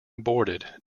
aborted